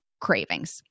cravings